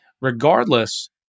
regardless